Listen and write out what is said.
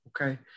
okay